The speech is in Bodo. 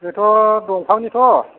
बे दंफांनिथ'